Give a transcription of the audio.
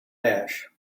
ash